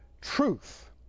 truth